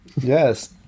Yes